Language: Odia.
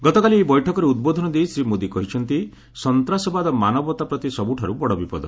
ଗତକାଲି ଏହି ବୈଠକରେ ଉଦ୍ବୋଧନ ଦେଇ ଶ୍ରୀ ମୋଦି କହିଛନ୍ତି ସନ୍ତାସବାଦ ମାନବତା ପ୍ରତି ସବୁଠାରୁ ବଡ଼ ବିପଦ